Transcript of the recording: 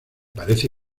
parece